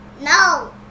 No